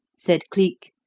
said cleek,